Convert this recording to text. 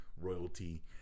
royalty